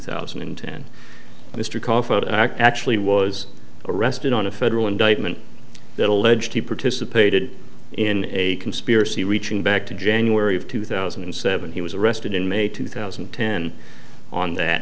thousand and ten mr coffee act actually was arrested on a federal indictment that alleged he participated in a conspiracy reaching back to january of two thousand and seven he was arrested in may two thousand and ten on that